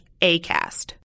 ACAST